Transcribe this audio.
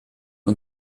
und